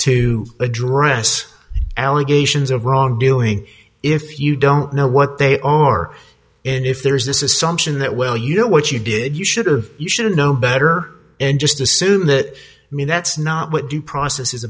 to address allegations of wrongdoing if you don't know what they are and if there is this assumption that well you know what you did you should've you should've known better and just assume that i mean that's not what due process is